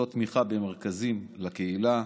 קבוצות תמיכה במרכזים לקהילה,